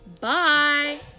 Bye